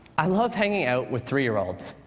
i love hanging out with three year-olds.